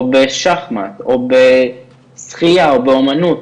או בשחמט או בשחייה או באמנות,